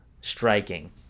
striking